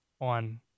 on